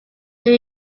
new